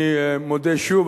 אני מודה שוב,